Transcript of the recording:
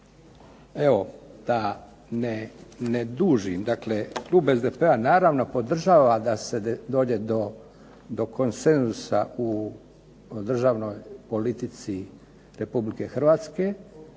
Evo da ne dužim. Dakle, klub SDP-a naravno podržava da se dođe do konsenzusa u državnoj politici Republike Hrvatske,